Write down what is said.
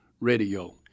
radio